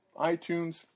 iTunes